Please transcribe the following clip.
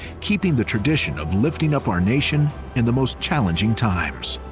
keeping the tradition of lifting up our nation in the most challenging times.